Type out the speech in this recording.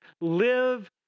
live